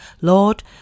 Lord